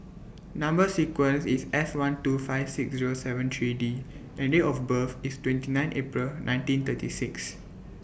Number sequence IS S one two five six Zero seven three D and Date of birth IS twenty nine April nineteen thirty six